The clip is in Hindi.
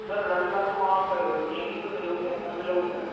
सर रविवार को आप क्लिनिक पे मिलोगे या घर मिलोगे सर